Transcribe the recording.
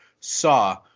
saw